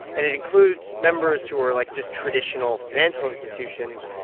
and it includes members who are, like, just traditional financial institutions,